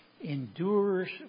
endures